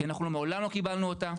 כי אנחנו מעולם לא קיבלנו אותה,